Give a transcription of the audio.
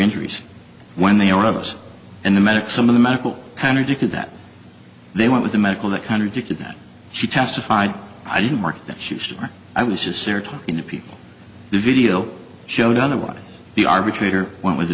injuries when they all of us and the medics some of the medical contradicted that they went with the medical that contradicted that she testified i didn't mark that she was different i was just there to in the people the video showed otherwise the arbitrator went with the